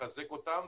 לחזק אותם,